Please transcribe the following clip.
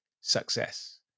success